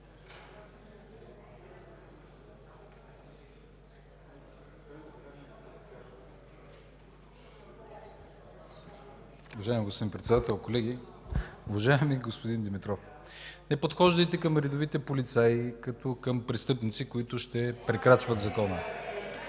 Уважаеми господин Председател, колеги! Уважаеми господин Димитров, не подхождайте към редовите полицаи като към престъпници, които ще прекрачват закона.